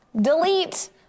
delete